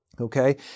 Okay